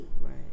Right